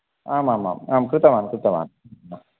आम् आम् आम् आम् कृतवान् कृतवान्